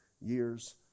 years